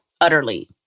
utterly